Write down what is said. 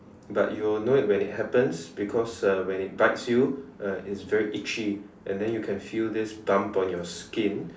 but you will know when it happens because uh when it bites you uh it's very itchy and then you can feel this bump on your skin